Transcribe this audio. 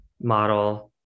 model